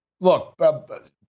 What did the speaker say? Look